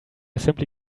simply